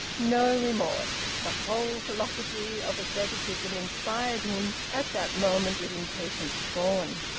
no remorse! the whole philosophy of asceticism inspired him, at that moment, with impatient scorn.